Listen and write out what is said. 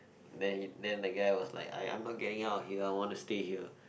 then he then the guy was like I I'm not getting out of here I want to stay here